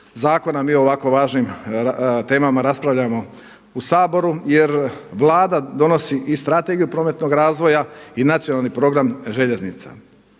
zakona mi o ovako važnim temama raspravljamo u Saboru jer Vlada donosi i strategiju prometnog razvoja i nacionalni program željeznica.